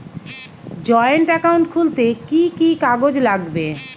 Joint account খুলতে কি কি কাগজ লাগবে?